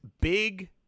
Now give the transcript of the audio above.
big